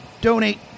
Donate